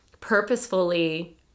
purposefully